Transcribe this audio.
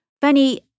Benny